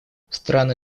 страны